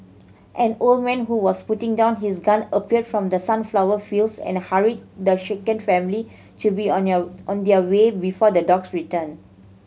an old man who was putting down his gun appeared from the sunflower fields and hurried the shaken family to be on their on their way before the dogs return